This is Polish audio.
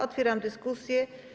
Otwieram dyskusję.